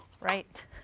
Right